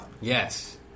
Yes